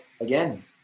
Again